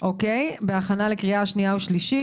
בהכנה לקריאה שנייה ושלישית.